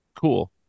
Cool